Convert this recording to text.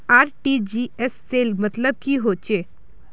RTGS सेल मतलब की होचए?